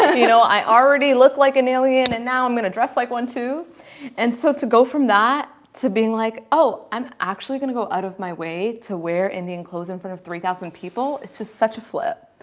you know, i already look like an alien and now i'm gonna dress like one too and so to go from that to being like oh i'm actually gonna go out of my way to wear indian clothes in front of three thousand people. it's just such a flip.